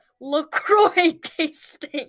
LaCroix-tasting